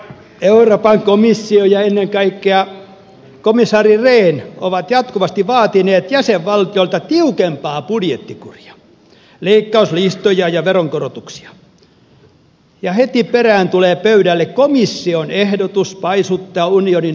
euroopan komissio ja ennen kaikkea komissaari rehn ovat jatkuvasti vaatineet jäsenvaltioilta tiukempaa budjettikuria leikkauslistoja ja veronkorotuksia ja heti perään tulee pöydälle komission ehdotus paisuttaa unionin rahoituskehyksiä